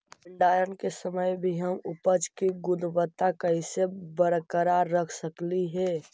भंडारण के समय भी हम उपज की गुणवत्ता कैसे बरकरार रख सकली हे?